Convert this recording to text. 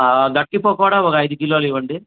గట్టి పకోడ ఒక ఐదు కిలోలు ఇవ్వండి